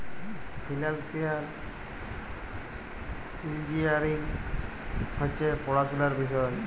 financial engineering হছে পড়াশুলার বিষয়